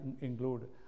include